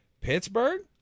Pittsburgh